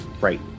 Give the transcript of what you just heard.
right